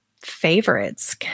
favorites